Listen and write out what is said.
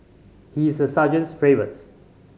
he is the sergeant's favourites